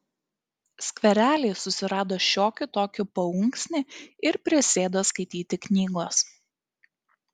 skverely susirado šiokį tokį paunksnį ir prisėdo skaityti knygos